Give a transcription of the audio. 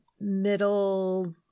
Middle